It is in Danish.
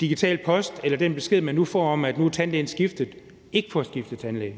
digital post eller den besked, man nu får, om, at nu er tandlægen skiftet, ikke får skiftet tandlæge,